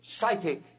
psychic